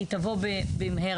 היא תבוא במהרה.